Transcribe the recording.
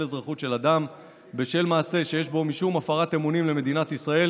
אזרחות של אדם בשל מעשה שיש בו משום הפרת אמונים למדינת ישראל,